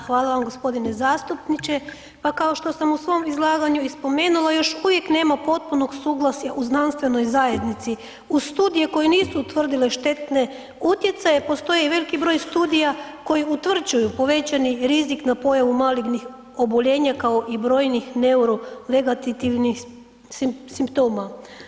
Hvala vam g. zastupniče, pa kao što sam u svom izlaganju i spomenula još uvijek nema potpunog suglasja u znanstvenoj zajednici u studije koje nisu utvrdile štetne utjecaje, postoji i veliki broj studija koji utvrđuju povećani rizik na pojavu malignih oboljenja, kao i brojnih neurovegetativnih simptoma.